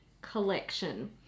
collection